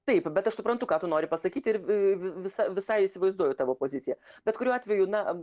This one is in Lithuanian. taip bet aš suprantu ką tu nori pasakyti ir visai visai įsivaizduoju tavo poziciją bet kuriuo atveju na